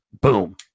boom